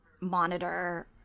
monitor